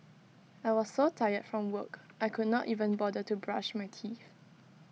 I was so tired from work I could not even bother to brush my teeth